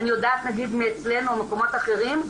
אני יודעת נגיד מאצלנו וממקומות אחרים,